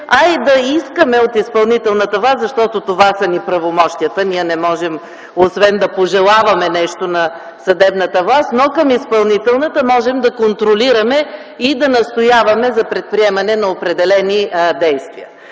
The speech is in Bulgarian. а и да искаме от изпълнителната власт, защото това са правомощията ни – ние не можем освен да пожелаваме нещо на съдебната власт, но изпълнителната власт можем да контролираме и да настояваме за предприемане на определени действия.